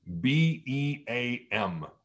B-E-A-M